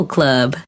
Club